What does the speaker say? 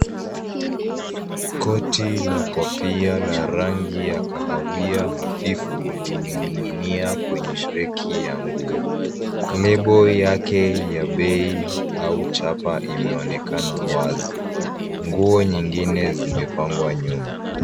Koti la kofia la rangi ya kahawia hafifu limening'inia kwenye [cs[rack ya nguo. Lebo yake ya bei au chapa imeonekana wazi. Nguo nyingine zimepangwa nyuma.